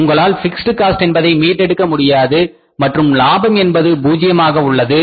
உங்களால் fixed cost என்பதை மீட்டெடுக்க முடியாது மற்றும் லாபம் என்பது 0 ஆக உள்ளது